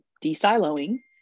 de-siloing